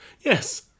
Yes